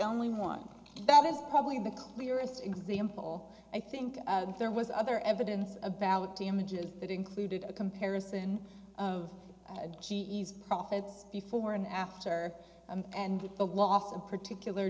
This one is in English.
only one that is probably the clearest example i think there was other evidence about the images that included a comparison of g e s profits before and after and the loss of particular